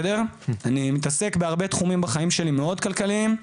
אני מתעסק בהרבה תחומים בחיים שלי והם מאוד כלכליים,